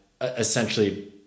essentially